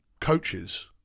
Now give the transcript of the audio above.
coaches